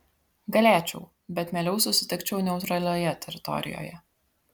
galėčiau bet mieliau susitikčiau neutralioje teritorijoje